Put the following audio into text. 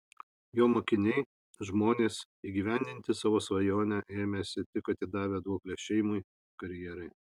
jo mokiniai žmonės įgyvendinti savo svajonę ėmęsi tik atidavę duoklę šeimai karjerai